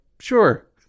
Sure